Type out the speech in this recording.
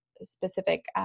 specific